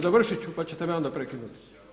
Završit ću pa ćete me onda prekinuti.